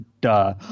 duh